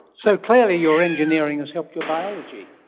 so clearly your engineering has helped your biology?